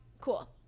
Cool